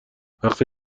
وقتی